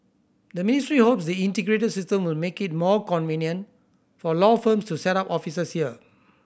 the ministry hopes the integrated system will make it more convenient for law firms to set up offices here